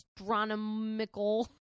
Astronomical